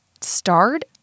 starred